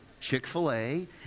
Chick-fil-A